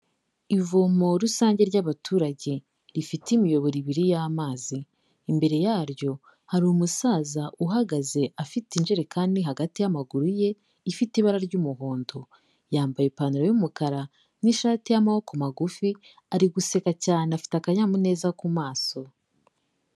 Ivomo rusange ry'abaturage rifite imiyoboro ibiri y'amazi, imbere yaryo hari umusaza uhagaze afite injerekani hagati y'amaguru ye ifite ibara ry'umuhondo, yambaye ipantaro y'umukara n'ishati y'amaboko magufi, ari guseka cyane afite akanyamuneza ku maso.